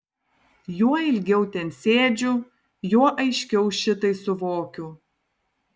juo ilgiau ten sėdžiu juo aiškiau šitai suvokiu